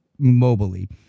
mobily